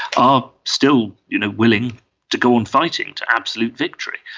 are still you know willing to go on fighting to absolute victory.